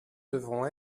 devront